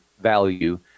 value